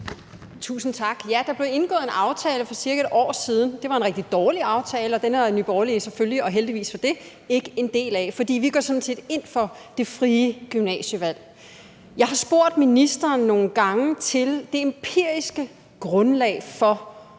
Tusind tak. Ja, der blev indgået en aftale for cirka et år siden. Det var en rigtig dårlig aftale, og den er Nye Borgerlige selvfølgelig – og heldigvis for det – ikke en del af, fordi vi sådan set går ind for det frie gymnasievalg. Jeg har spurgt ministeren nogle gange til det empiriske grundlag for